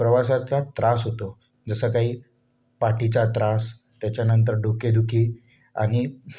प्रवासाचा त्रास होतो जसं काही पाठीचा त्रास त्याच्यानंतर डोकेदुखी आणि